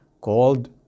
called